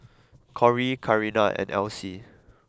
Corry Karina and Alcie